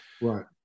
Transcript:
Right